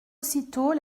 aussitôt